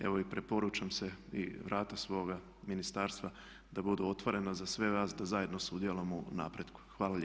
Evo i preporučam se i vrata svoga ministarstva da budu otvorena za sve vas da zajedno sudjelujemo u napretku.